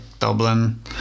dublin